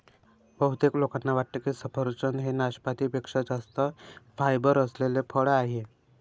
बहुतेक लोकांना वाटते की सफरचंद हे नाशपाती पेक्षा जास्त फायबर असलेले फळ आहे